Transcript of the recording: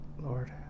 Lord